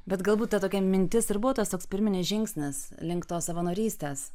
bet galbūt ta tokia mintis ir buvo tas toks pirminis žingsnis link tos savanorystės